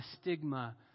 stigma